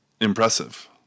impressive